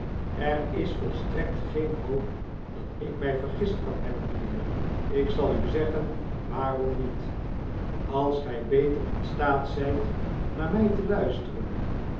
er is volstrekt geen hoop dat ik my vergist kan hebben mijnheer ik zal u zeggen waarom niet als gij beter in staat zijt naar mij te luisteren